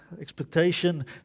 Expectation